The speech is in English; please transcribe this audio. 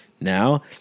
now